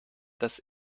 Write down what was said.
das